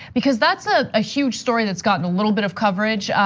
because that's ah a huge story that's gotten a little bit of coverage.